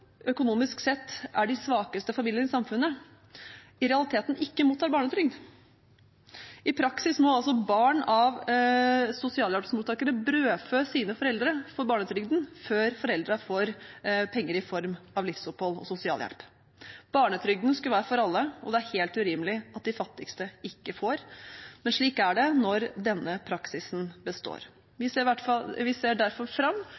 økonomisk sett er de svakeste familiene i samfunnet, i realiteten ikke mottar barnetrygd. I praksis må altså barn av sosialhjelpsmottakere brødfø sine foreldre for barnetrygden før foreldrene får penger til livsopphold i form av sosialhjelp. Barnetrygden skulle være for alle, og det er helt urimelig at de fattigste ikke får. Men slik er det når denne praksisen består. Vi ser derfor fram